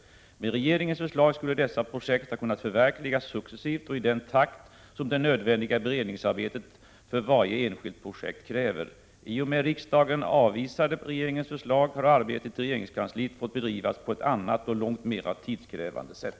Med regeringens förslag skulle dessa projekt ha kunnat förverkligas successivt och i den takt som det nödvändiga beredningsarbetet för varje enskilt projekt kräver. I och med att riksdagen avvisade regeringens förslag har arbetet i regeringskansliet fått bedrivas på ett annat och långt mera tidskrävande sätt.